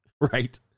right